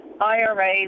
IRA